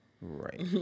Right